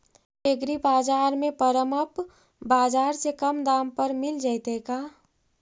एग्रीबाजार में परमप बाजार से कम दाम पर मिल जैतै का?